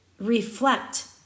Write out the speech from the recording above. reflect